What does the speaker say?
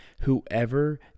whoever